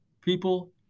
people